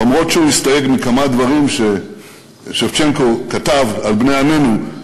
אף שהוא הסתייג מכמה דברים ששבצ'נקו כתב על בני עמנו,